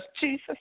Jesus